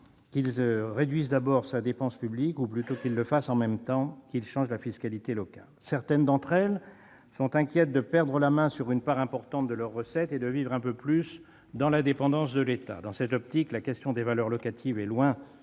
qu'il réduise d'abord sa dépense publique, ou plutôt qu'il le fasse en même temps qu'il change la fiscalité locale. Certaines d'entre elles s'inquiètent de perdre la main sur une part importante de leurs recettes et de vivre un peu plus dans la dépendance de l'État. Dans cette optique, la question des valeurs locatives est loin